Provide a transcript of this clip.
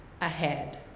ahead